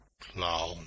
Clown